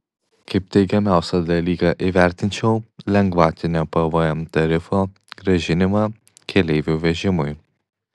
kaip teigiamiausią dalyką įvertinčiau lengvatinio pvm tarifo grąžinimą keleivių vežimui